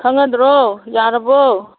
ꯈꯪꯉꯗ꯭ꯔꯣ ꯌꯥꯔꯕꯣ